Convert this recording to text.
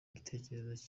igitekerezo